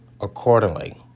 accordingly